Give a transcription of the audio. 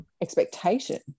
expectation